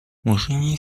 murzyni